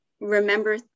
remember